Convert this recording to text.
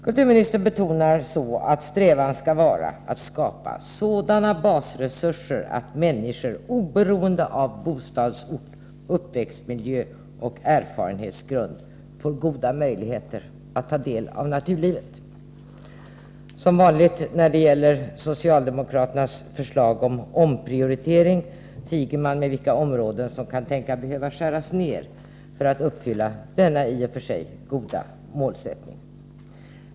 Kulturministern betonar så att strävan skall vara att skapa sådana basresurser att människor oberoende av bostadsort, uppväxtmiljö och erfarenhetsgrund får goda möjligheter att ta del av kulturlivet. Som vanligt när det gäller socialdemokraternas förslag om omprioriteringar tiger man med på vilka områden man kan tänkas behöva skära ned för att uppfylla denna i och för sig goda målsättning.